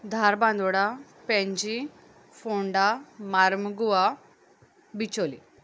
Dharbandora Panaji Ponda Marmugao Bicholim